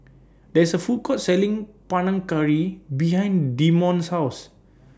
There IS A Food Court Selling Panang Curry behind Demonte's House